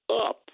up